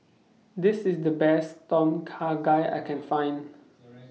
This IS The Best Tom Kha Gai I Can Find